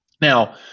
Now